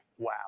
Wow